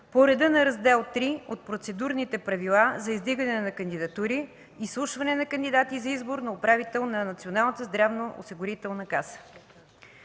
по реда на Раздел ІІІ от Процедурните правила за издигане на кандидатури, изслушване на кандидати за избор на управител на Националната здравноосигурителна каса.